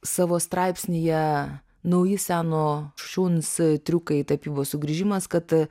savo straipsnyje nauji seno šuns triukai tapybos sugrįžimas kad